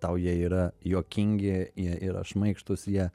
tau jie yra juokingi jie yra šmaikštus jie